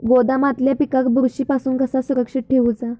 गोदामातल्या पिकाक बुरशी पासून कसा सुरक्षित ठेऊचा?